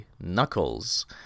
Knuckles